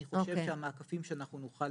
אני חושב שהמעקפים שאנחנו נוכל